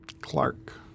Clark